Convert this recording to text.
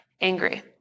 angry